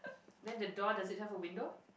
then the door does it have a window